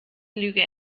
lüge